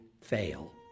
fail